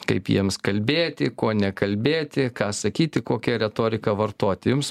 kaip jiems kalbėti ko nekalbėti ką sakyti kokią retoriką vartoti jums